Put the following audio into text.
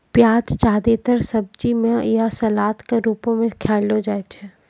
प्याज जादेतर सब्जी म या सलाद क रूपो म खयलो जाय छै